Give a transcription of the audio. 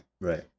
Right